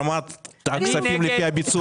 הזרמת כספים לפי הביצוע בפועל.